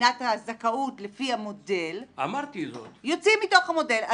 מבחינת הזכאות לפי המודל יוצאים מתוך המודל.